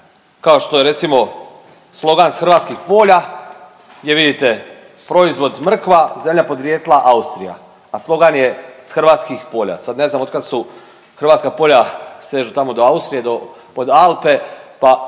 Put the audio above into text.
kao što je recimo slogan „s hrvatskih polja“ gdje vidite proizvod mrkva, zemlja podrijetla Austrija, a slogan je „s hrvatskih polja“, sad ne znam otkad su hrvatska polja, sežu tamo do Austrije, do pod